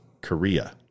Korea